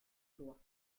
loi